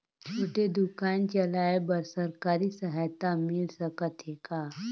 छोटे दुकान चलाय बर सरकारी सहायता मिल सकत हे का?